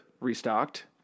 restocked